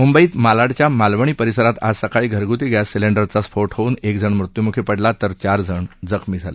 मुंबईत मालाडच्या मालवणी परिसरात आज सकाळी घरगुती गॅस सिलिंडरचा स्फोठ्होऊन एक जण मृत्युमुखी पडला तर चार जण जखमी झाले